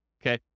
okay